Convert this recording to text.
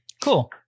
Cool